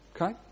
Okay